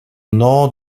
nord